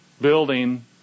building